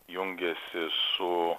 jungiasi su